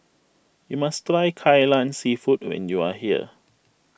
you must try Ka Lan Seafood when you are here